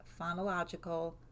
phonological